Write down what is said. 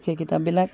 সেই কিতাপবিলাক